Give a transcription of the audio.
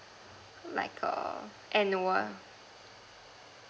like a annual